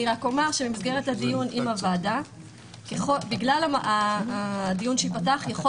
במסגרת הדיון עם הוועדה בגלל הדיון שייפתח יכול